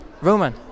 Roman